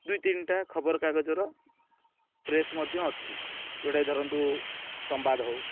ଦୁଇ ତିନିଟା ଖବରକାଗଜର ପ୍ରେସ୍ ମଧ୍ୟ ଅଛି ଯେଉଁଟାକି ଧରନ୍ତୁ ସମ୍ବାଦ ହଉ